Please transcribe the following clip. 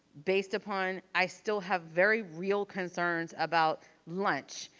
based upon i still have very real concerns about lunch.